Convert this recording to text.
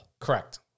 Correct